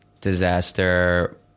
disaster